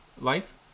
life